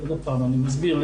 אני מסביר.